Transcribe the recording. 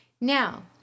Now